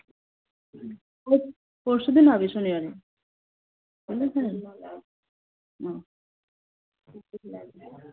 প পরশুদিন হবে শনিবারে